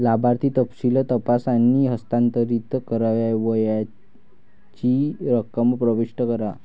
लाभार्थी तपशील तपासा आणि हस्तांतरित करावयाची रक्कम प्रविष्ट करा